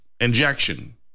injection